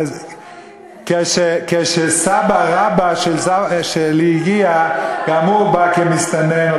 כן, כשסבא רבא שלי הגיע, כאמור, הוא בא כמסתנן.